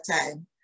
time